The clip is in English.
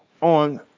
on